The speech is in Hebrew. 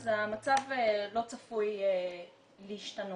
אז המצב לא צפוי להשתנות.